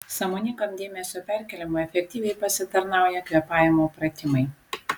sąmoningam dėmesio perkėlimui efektyviai pasitarnauja kvėpavimo pratimai